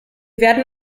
werden